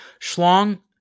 Schlong